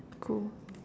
cool